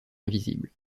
invisible